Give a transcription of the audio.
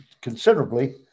considerably